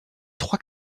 trois